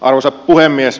arvoisa puhemies